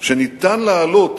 שניתן להעלות